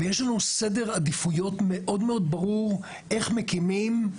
ויש לנו סדר עדיפויות מאוד מאוד ברור איך מקימים.